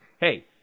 hey